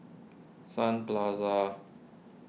Sun Plaza